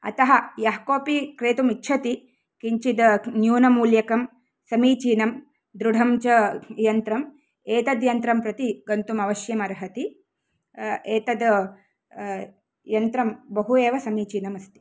अतः यः कोपि क्रेतुं इच्छति किञ्चिद् न्यूनमूल्यकं समीचीनं दृढं च यन्त्रं एतद् यन्त्रं प्रति गन्तुं अवश्यम् अर्हति एतद् यन्त्रं बहु एव समीचीनम् अस्ति